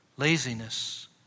Laziness